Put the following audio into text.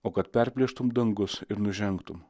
o kad perplėštum dangus ir nužengtum